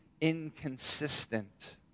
inconsistent